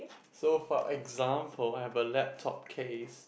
so for example I have a laptop case